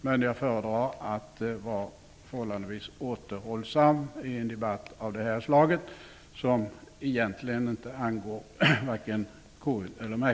Men jag föredrar att vara förhållandevis återhållsam i en debatt av det här slaget, som egentligen inte angår vare sig KU eller mig.